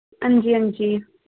अंजी अंजी